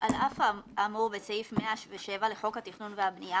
על אף האמור בסעיף 107 לחוק התכנון והבנייה